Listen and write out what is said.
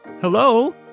hello